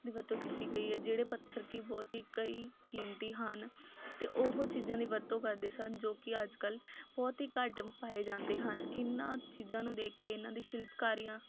ਦੀ ਵਰਤੋਂ ਕੀਤੀ ਗਈ ਹੈ ਜਿਹੜੇ ਪੱਥਰ ਕਿ ਬਹੁਤ ਹੀ ਕਈ ਕੀਮਤੀ ਹਨ ਅਤੇ ਉਹ ਚੀਜ਼ਾਂ ਦੀ ਵਰਤੋਂ ਕਰਦੇ ਸਨ ਜੋ ਕਿ ਅੱਜ ਕੱਲ੍ਹ ਬਹੁਤ ਹੀ ਘੱਟ ਪਾਏ ਜਾਂਦੇ ਹਨ ਇਹਨਾਂ ਚੀਜ਼ਾਂ ਨੂੰ ਦੇਖ ਕੇ ਇਹਨਾਂ ਦੀ ਸ਼ਿਲਪਕਾਰੀਆਂ